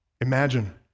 imagine